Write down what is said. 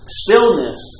stillness